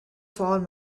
fallen